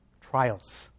trials